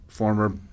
Former